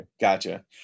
gotcha